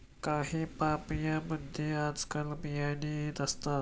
काही पपयांमध्ये आजकाल बियाही नसतात